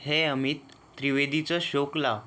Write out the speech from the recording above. हे अमित् त्रिवेदीचं शोक लाव